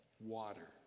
Water